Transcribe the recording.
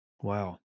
Wow